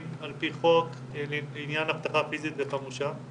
על פי חוק לעניין אבטחה פיזית וחמושה.